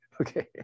okay